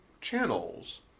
channels